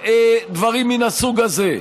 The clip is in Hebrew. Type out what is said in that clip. לדברים מן הסוג הזה.